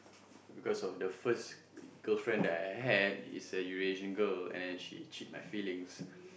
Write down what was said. because of the first girlfriend that I had she was a Eurasian girl and she cheat my feelings